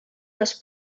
les